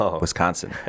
Wisconsin